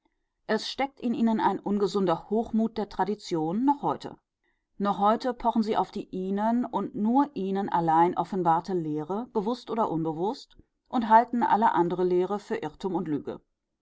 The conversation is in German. es steckt in ihnen ein ungesunder hochmut der tradition noch heute noch heute pochen sie auf die ihnen und nur ihnen allein offenbarte lehre bewußt oder unbewußt und halten alle andere lehre für irrtum und lüge